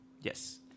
Yes